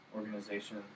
organization